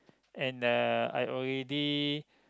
and uh I already